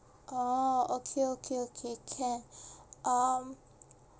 orh okay okay okay can um